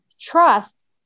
trust